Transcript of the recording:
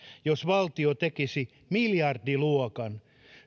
jos valtio tekisi miljardiluokan